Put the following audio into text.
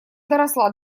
доросла